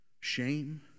shame